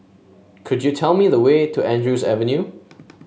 could you tell me the way to Andrews Avenue